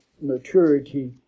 maturity